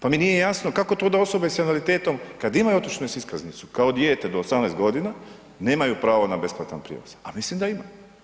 Pa mi nije jasno kako to da osobe s invaliditetom, kad imaju otočnu iskaznicu, kao dijete do 18 godina, nemaju pravo na besplatni prijevoz, a mislim da ima.